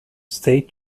state